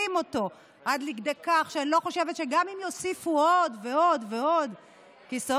ככה גם נתניהו עשה, ככה גם מיקי זוהר